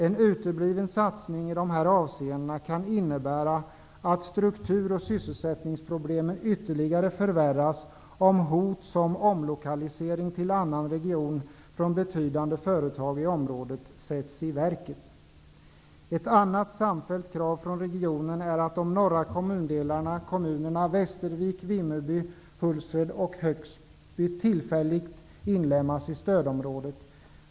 En utebliven satsning i dessa avseenden kan innebära att strukturoch sysselsättningsproblemen ytterligare förvärras, särskilt om hot om omlokalisering till annan region från betydande företag i området sätts i verket. Ett annat samfällt krav från regionen är att de norra kommunerna Västervik, Vimmerby, Hultsfred och Högsby tillfälligt inlemmas i stödområdet.